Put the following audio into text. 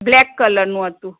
black કલરનું હતું